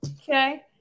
okay